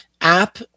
app